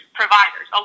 providers